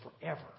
forever